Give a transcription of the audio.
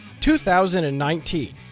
2019